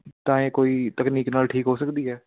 ਤਾਂ ਇਹ ਕੋਈ ਤਕਨੀਕ ਨਾਲ ਠੀਕ ਹੋ ਸਕਦੀ ਹੈ